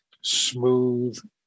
smooth